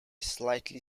slightly